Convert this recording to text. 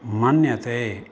मन्यते